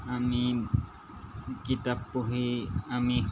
আমি কিতাপ পঢ়ি আমি